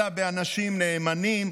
אלא באנשים נאמנים,